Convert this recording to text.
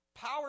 Power